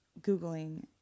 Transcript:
Googling